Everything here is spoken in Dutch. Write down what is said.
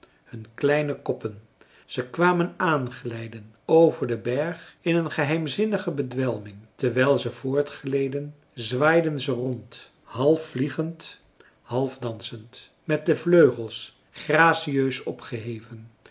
hun kleine koppen ze kwamen aanglijden over den berg in een geheimzinnige bedwelming terwijl ze voortgleden zwaaiden ze rond half vliegend half dansend met de vleugels gracieus opgeheven